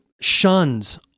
shuns